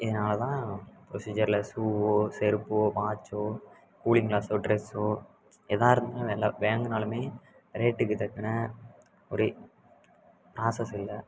இதனால் தான் ப்ரொசிஜரில் ஷூவோ செருப்போ வாட்சோ கூலிங் க்ளாஸோ ட்ரெஸ்ஸோ எதாக இருந்தாலும் வெலை வாங்கணுனாலுமே ரேட்டுக்கு தக்கன ஒரு ப்ராசஸ் இல்லை